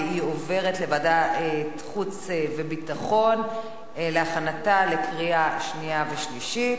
והיא עוברת לוועדת החוץ והביטחון להכנתה לקריאה שנייה ולקריאה שלישית.